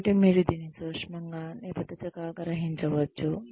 కాబట్టి మీరు దీన్ని సూక్ష్మంగా నిబద్ధతగా గ్రహించవచ్చు